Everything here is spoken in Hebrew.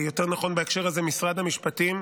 יותר נכון, בהקשר הזה, משרד המשפטים,